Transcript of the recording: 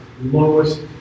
lowest